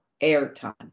airtime